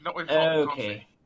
Okay